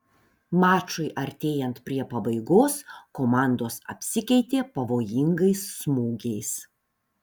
mačui artėjant prie pabaigos komandos apsikeitė pavojingais smūgiais